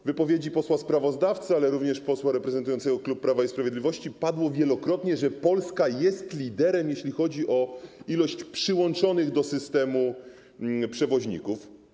W wypowiedzi posła sprawozdawcy, ale również wypowiedzi posła reprezentującego klub Prawo i Sprawiedliwość padło wielokrotnie, że Polska jest liderem, jeśli chodzi liczbę przyłączonych do systemu przewoźników.